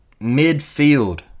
midfield